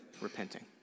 repenting